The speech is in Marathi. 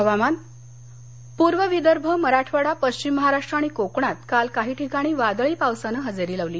हवामान् पूर्व विदर्भ मराठवाडा पश्चिम महाराष्ट्र आणि कोकणात काल काही ठिकाणी वादळी पावसानं हजेरी लावली